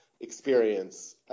experience